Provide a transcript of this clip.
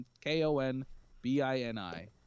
K-O-N-B-I-N-I